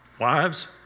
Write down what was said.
Wives